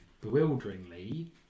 Bewilderingly